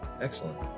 Excellent